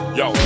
yo